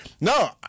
No